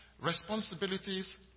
responsibilities